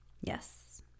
yes